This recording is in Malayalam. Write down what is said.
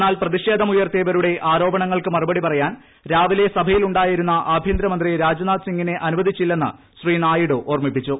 എന്നാൽ പ്രതിഷേധമുയർത്തിയവരുടെ ആരോപണങ്ങൾക്ക് മറുപടി പറയാൻ രാവിലെ സഭയിൽ ഉ ായിരുന്ന ആഭ്യന്തരമന്ത്രി രാജ്നാഥ് സിംഗിനെ അനുവദിച്ചില്ലെന്ന് ശ്രീ നായിഡു ഓർമ്മിപ്പിച്ചു